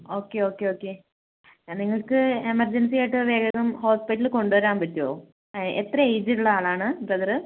okay okay okay നിങ്ങൾക്ക് emergency ആയിട്ട് വേഗം ഹോസ്പിറ്റലിൽ കൊണ്ടുവരാൻ പറ്റുമോ എത്ര ഏജ് ഉള്ള ആളാണ് ബ്രദർ